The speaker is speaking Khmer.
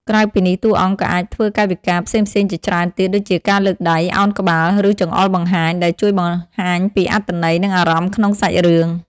ក្រៅពីនេះ តួអង្គក៏អាចធ្វើកាយវិការផ្សេងៗជាច្រើនទៀត ដូចជាការលើកដៃ ឱនក្បាល ឬចង្អុលបង្ហាញ ដែលជួយបង្ហាញពីអត្ថន័យ និងអារម្មណ៍ក្នុងសាច់រឿង។